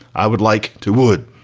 i would like to would.